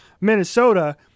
Minnesota